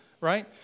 right